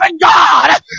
God